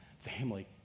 Family